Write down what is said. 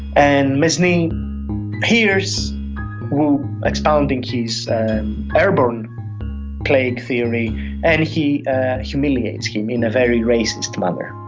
and mesny hears wu expounding his airborne plague theory and he humiliates him in a very racist manner.